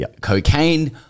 cocaine